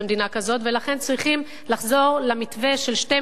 תראו לאיפה אתם